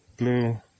blue